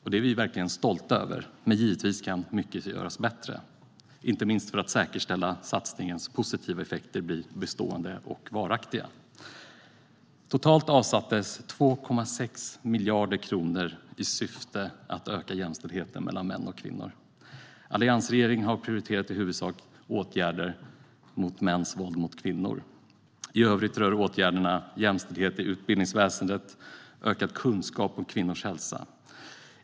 Vi är verkligen stolta över det, men givetvis kan mycket göras bättre, inte minst för att säkerställa att satsningens positiva effekter blir bestående och varaktiga. Totalt avsattes 2,6 miljarder kronor i syfte att öka jämställdheten mellan män och kvinnor. Alliansregeringen prioriterade i huvudsak åtgärder mot mäns våld mot kvinnor. I övrigt rörde åtgärderna jämställdhet i utbildningsväsendet och ökad kunskap om kvinnors hälsa.